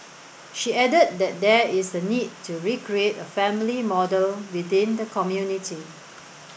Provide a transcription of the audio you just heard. she added that there is a need to recreate a family model within the community